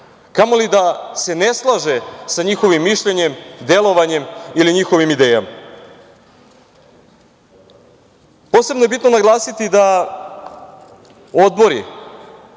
kamoli da se ne slaže sa njihovim mišljenjem, delovanjem ili njihovim idejama? Posebno je bitno naglasiti da odbori